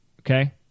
Okay